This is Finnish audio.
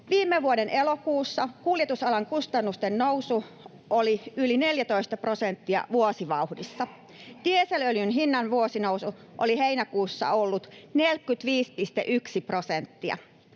Viime vuoden elokuussa kuljetusalan kustannusten nousu oli yli 14 prosentin vuosivauhdissa. Dieselöljyn hinnan vuosinousu oli heinäkuussa ollut 45,1 prosenttia